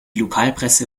lokalpresse